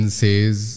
says